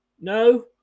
No